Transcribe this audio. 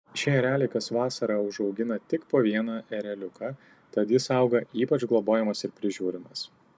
šie ereliai kas vasarą užaugina tik po vieną ereliuką tad jis auga ypač globojamas ir prižiūrimas